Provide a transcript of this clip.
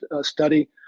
study